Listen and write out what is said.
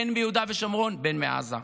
בין שמיהודה ושומרון ובין שמעזה.